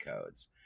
codes